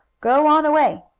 go on away!